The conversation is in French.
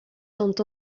sont